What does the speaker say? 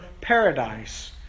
Paradise